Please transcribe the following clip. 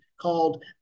called